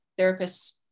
therapists